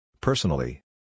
Personally